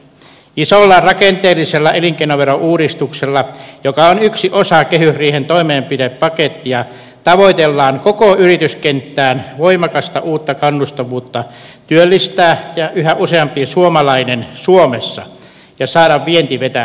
isolla rakenteellisella elinkeinoverouudistuksella joka on yksi osa kehysriihen toimenpidepakettia tavoitellaan koko yrityskenttään voimakasta uutta kannustavuutta työllistää yhä useampi suomalainen suomessa ja saada vienti vetämään